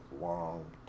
long